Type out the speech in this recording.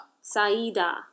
Saida